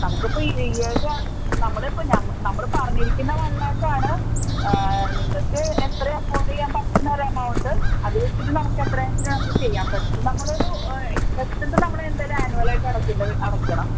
നമുക്കിപ്പോൾ ഈ ഈ ഒരു നമ്മൾ ഇപ്പം നമ്മൾ പറഞ്ഞിരിക്കുന്ന വൺ ലാഖാണ് നിങ്ങൾക്ക് എത്രയാണ് സ്കോർ ചെയ്യാൻ പറ്റുന്ന ഒര് എമൗണ്ട് അതു വച്ചിട്ട് നമുക്ക് എത്രയാണെന്ന് വച്ചിട്ട് നമുക്ക് ചെയ്യാൻ പറ്റും നമ്മളൊരു ഫസ്റ്റിലത്തെ നമ്മളെന്തായാലും ആനുവൽ ആയിട്ട് അടയ്ക്കേണ്ടത് അടയ്ക്കണം